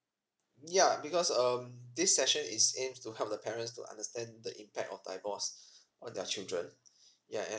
yeah because um this session is aims to help the parents to understand the impact of divorce on their children yeah and